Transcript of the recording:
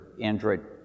Android